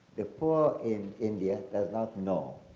the poor in india does not know